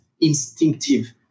instinctive